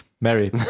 Mary